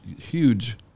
huge